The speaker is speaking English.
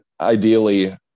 ideally